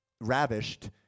ravished